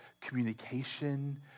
communication